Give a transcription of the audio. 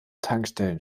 tankstellen